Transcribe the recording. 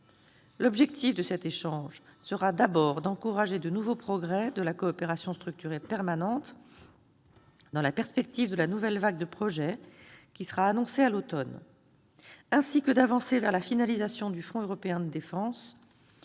L'objectif de cet échange sera, d'abord, d'encourager de nouveaux progrès de la coopération structurée permanente, dans la perspective de la nouvelle vague de projets qui sera annoncée à l'automne, ainsi que d'avancer vers la finalisation du fonds européen de défense.